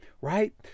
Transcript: Right